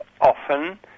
often